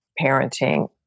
parenting